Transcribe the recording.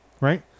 right